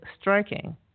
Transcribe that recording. striking